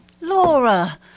Laura